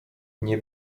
nie